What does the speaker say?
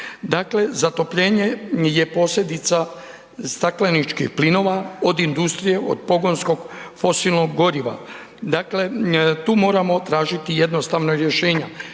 dakle zatopljenje je posljedica stakleničkih plinova od industrije, od pogonskog fosilnog goriva, dakle tu moramo tražiti jednostavno rješenja.